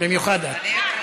במיוחד את.